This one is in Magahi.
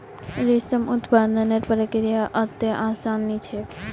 रेशम उत्पादनेर प्रक्रिया अत्ते आसान नी छेक